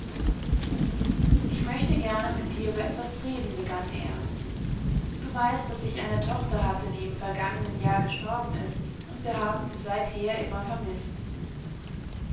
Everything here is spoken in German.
ich möchte gern mit dir über etwas reden begann er du weißt daß ich eine tochter hatte die im vergangenen jahr gestorben ist und wir haben sie seitherimmervermißt